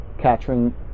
capturing